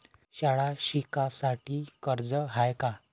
शाळा शिकासाठी कर्ज हाय का?